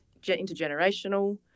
intergenerational